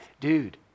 Dude